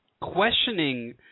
questioning